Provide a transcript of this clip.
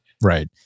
right